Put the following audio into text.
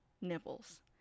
nipples